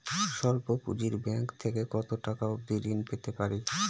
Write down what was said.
স্বল্প পুঁজির ব্যাংক থেকে কত টাকা অবধি ঋণ পেতে পারি?